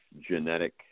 genetic